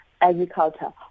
agriculture